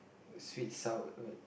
sweet sour wait